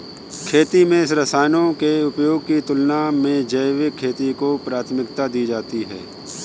खेती में रसायनों के उपयोग की तुलना में जैविक खेती को प्राथमिकता दी जाती है